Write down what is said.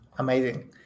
Amazing